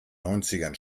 neunzigern